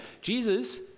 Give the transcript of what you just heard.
Jesus